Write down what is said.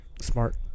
smart